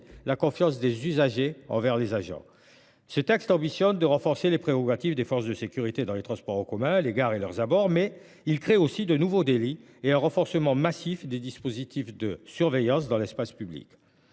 la confiance des usagers envers les agents. Ce texte a pour ambition d’accroître les prérogatives des forces de sécurité dans les transports en commun, les gares et leurs abords, mais il crée aussi de nouveaux délits et renforce massivement les dispositifs de surveillance dans l’espace public.